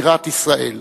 בירת ישראל.